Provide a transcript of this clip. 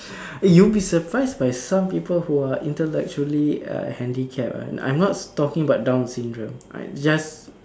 eh you'll be surprised by some people who are intellectually uh handicapped I'm not talking about Down syndrome just